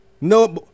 No